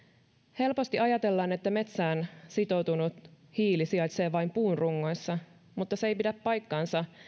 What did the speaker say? helposti ajatellaan että metsään sitoutunut hiili sijaitsee vain puunrungoissa mutta se ei pidä paikkaansa